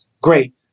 Great